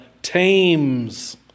tames